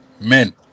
men